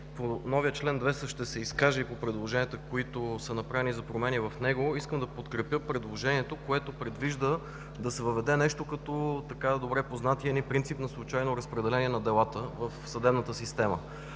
по новия чл. 200 и по предложенията, които са направени за промени в него. Искам да подкрепя предложението, което предвижда да се въведе нещо като така добре познатия ни принцип на случайно разпределение на делата в съдебната система.